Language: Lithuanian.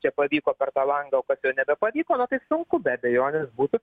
čia pavyko per tą langą o kas jau nebepavyko na tai sunku be abejonės būtų